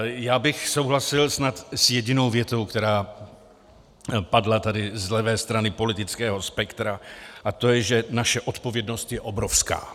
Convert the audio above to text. Já bych souhlasil snad s jedinou větou, která padla tady z levé strany politického spektra, a to je, že naše odpovědnost je obrovská.